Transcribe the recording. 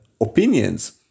opinions